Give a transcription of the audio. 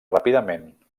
ràpidament